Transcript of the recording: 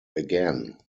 again